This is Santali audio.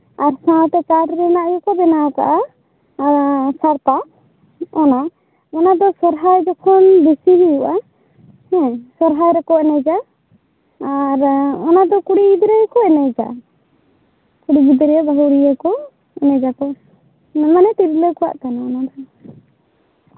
ᱟᱨ ᱥᱟᱶᱛᱮ ᱠᱟᱴᱷ ᱨᱮᱱᱟᱜ ᱜᱮᱠᱚ ᱵᱮᱱᱟᱣ ᱠᱟᱜᱼᱟ ᱥᱟᱲᱯᱟ ᱚᱱᱟ ᱚᱱᱟ ᱫᱚ ᱥᱚᱨᱦᱟᱭ ᱡᱚᱠᱷᱚᱱ ᱵᱮᱥᱤ ᱦᱩᱭᱩᱜᱼᱟ ᱦᱮᱸ ᱥᱚᱨᱦᱟᱭ ᱨᱮᱠᱚ ᱮᱱᱮᱡᱟ ᱟᱨ ᱚᱱᱟ ᱫᱚ ᱠᱩᱲᱤ ᱜᱤᱫᱽᱨᱟᱹ ᱜᱮᱠᱚ ᱮᱱᱮᱡᱟ ᱠᱩᱲᱤ ᱜᱤᱫᱽᱨᱟ ᱜᱮᱠᱚ ᱨᱩᱭᱟ ᱮᱱᱮᱡᱟᱠᱚ ᱢᱟᱱᱮ ᱛᱤᱨᱞᱟᱹ ᱠᱚᱣᱟᱜ ᱠᱟᱱᱟ ᱚᱱᱟ ᱫᱚ